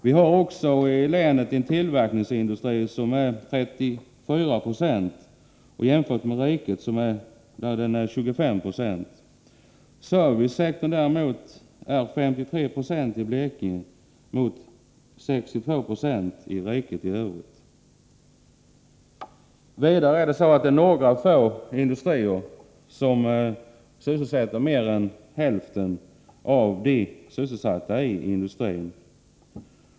Vi har i länet en tillverkningsindustri som utgör 34 96, medan denna i riket som helhet är 25 96. Servicesektorn i Blekinge utgör däremot 53 76 mot 62 Io i riket som helhet. Vidare är det så att det är några få industrier som sysselsätter mer än hälften av dem som arbetar inom industrin.